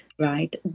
right